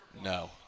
No